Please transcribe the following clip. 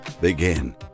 begin